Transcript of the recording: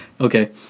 Okay